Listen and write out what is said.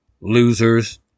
Losers